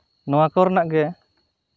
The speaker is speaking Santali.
ᱱᱚᱣᱟ ᱠᱚᱨᱮᱱᱟᱜ ᱜᱮ